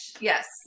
Yes